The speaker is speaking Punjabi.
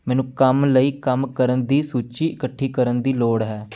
ਮੈਨੂੰ ਕੰਮ ਲਈ ਕੰਮ ਕਰਨ ਦੀ ਸੂਚੀ ਇਕੱਠੀ ਕਰਨ ਦੀ ਲੋੜ ਹੈ